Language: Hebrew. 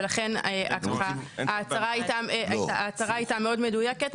ולכן ההצהרה הייתה מאוד מדויקת.